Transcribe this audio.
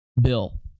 Bill